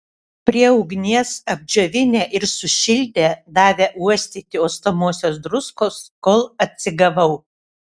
prie ugnies apdžiovinę ir sušildę davė uostyti uostomosios druskos kol atsigavau